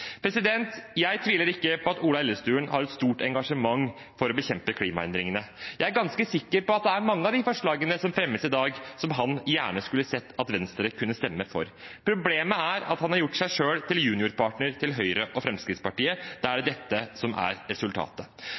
Jeg tviler ikke på at Ola Elvestuen har et stort engasjement for å bekjempe klimaendringene. Jeg er ganske sikker på at det er mange av de forslagene som fremmes i dag, som han gjerne skulle sett at Venstre kunne stemme for. Problemet er at han har gjort seg selv til juniorpartneren til Høyre og Fremskrittspartiet. Da er det dette som er resultatet.